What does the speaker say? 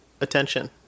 attention